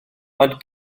ond